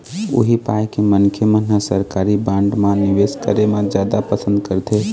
उही पाय के मनखे मन ह सरकारी बांड म निवेस करे म जादा पंसद करथे